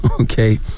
Okay